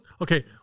okay